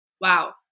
wow